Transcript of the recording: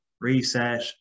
reset